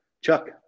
Chuck